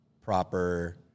proper